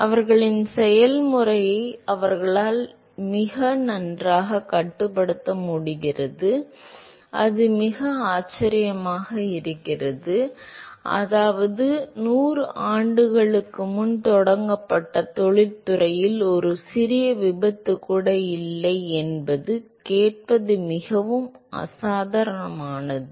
அவர்களின் செயல்முறையை அவர்களால் மிக நன்றாகக் கட்டுப்படுத்த முடிகிறது அது மிகவும் ஆச்சரியமாக இருக்கிறது அதாவது 100 ஆண்டுகளுக்கு முன்பு தொடங்கப்பட்ட தொழில்துறையில் ஒரு சிறிய விபத்து கூட இல்லை என்று கேட்பது மிகவும் அசாதாரணமானது